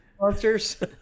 monsters